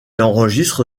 enregistre